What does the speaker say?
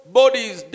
bodies